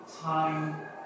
time